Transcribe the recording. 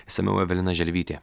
išsamiau evelina želvytė